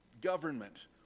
government